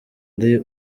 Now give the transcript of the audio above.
ari